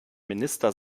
minister